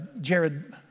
jared